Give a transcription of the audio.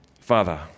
Father